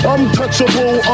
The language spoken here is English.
Untouchable